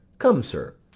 come, sir,